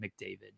McDavid